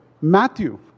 Matthew